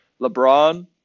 LeBron